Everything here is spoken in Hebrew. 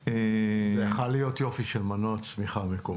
יכול היה להיות יופי של מנוע צמיחה מקומי.